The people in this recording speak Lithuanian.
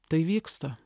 tai vyksta